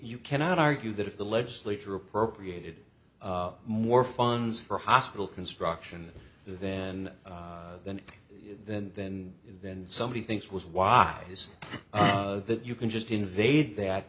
you cannot argue that if the legislature appropriated more funds for hospital construction then then then then then somebody thinks was why is that you can just invade that